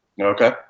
Okay